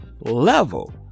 level